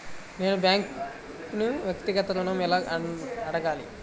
నేను బ్యాంక్ను వ్యక్తిగత ఋణం ఎలా అడగాలి?